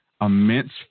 immense